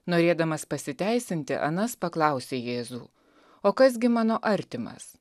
norėdamas pasiteisinti anas paklausė jėzų o kas gi mano artimas